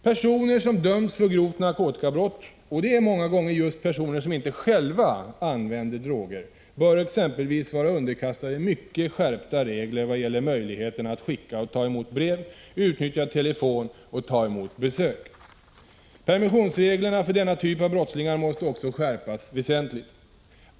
Personer som dömts för grovt narkotikabrott — och det är många gånger just personer som inte själva använder droger — bör exempelvis vara underkastade mycket skärpta regler vad gäller möjligheterna att skicka och ta emot brev, utnyttja telefon och ta emot besök. Permissionsreglerna för denna typ av brottslingar måste också skärpas väsentligt.